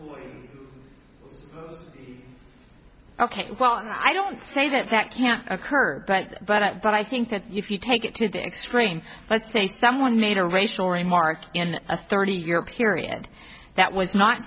right ok well i don't say that that can occur but but but i think that if you take it to the extreme let's say someone made a racial remark in a thirty year period that was not